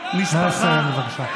משפחה, נא לסיים, בבקשה.